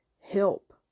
help